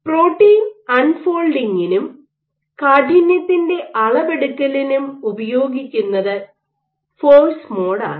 protein അൺഫോൾഡിങ്ങിനും കാഠിന്യത്തിന്റെ അളവെടുക്കലിനും ഉപയോഗിക്കുന്നത് ഫോഴ്സ് മോഡാണ്